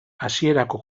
hasierako